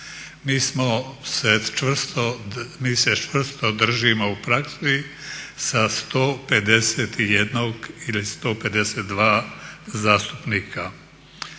Mi se čvrsto držimo u praksi sa 151 ili 152 zastupnika.